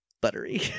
buttery